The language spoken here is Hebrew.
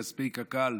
מכספי קק"ל,